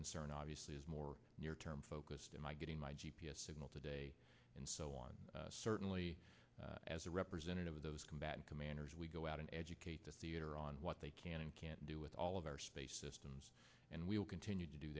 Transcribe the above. concern obviously is more near term focused in my getting my g p s signal today and so on certainly as a representative of those combatant commanders we go out and educate the theater on what they can and can't do with all of our space systems and we'll continue to do